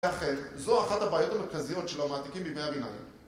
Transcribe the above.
וכאן זו אחת הבעיות המרכזיות של המעתיקים בימי הביניים